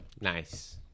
Nice